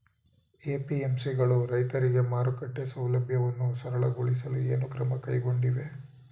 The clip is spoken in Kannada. ಎ.ಪಿ.ಎಂ.ಸಿ ಗಳು ರೈತರಿಗೆ ಮಾರುಕಟ್ಟೆ ಸೌಲಭ್ಯವನ್ನು ಸರಳಗೊಳಿಸಲು ಏನು ಕ್ರಮ ಕೈಗೊಂಡಿವೆ?